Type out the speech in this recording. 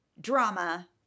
drama